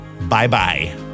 bye-bye